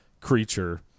creature